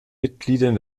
mitgliedern